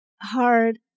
hard